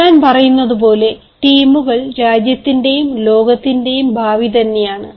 ഞാൻ പറയുന്നതുപോലെ ടീമുകൾ രാജ്യത്തിന്റെയും ലോകത്തിന്റെയും ഭാവി തന്നെയാണ്